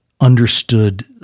understood